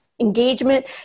engagement